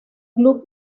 club